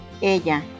Ella